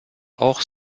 auch